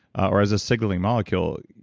or as a signaling molecule.